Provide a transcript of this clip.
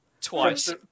Twice